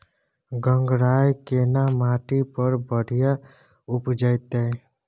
गंगराय केना माटी पर बढ़िया उपजते?